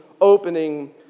opening